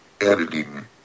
Editing